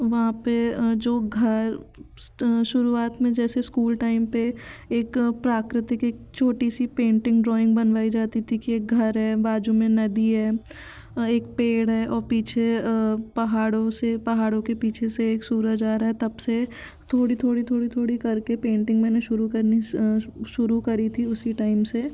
वहाँ पर जो घर शुरुआत में जैसे इस्कूल टाइम पर एक प्राकृतिक एक छोटी सी पेंटिंग ड्रॉइंग बनवाई जाती थी कि एक घर है बाज़ू में नदी है एक पेड़ है और पीछे पहाड़ो से पहाड़ों के पीछे से एक सूरज आ रहा है तब से थोड़ी थोड़ी थोड़ी थोड़ी कर के पेंटिंग मैंने शुरू करनी शुरू करी थी उसी टाइम से